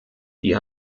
die